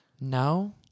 No